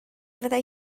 fyddai